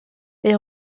est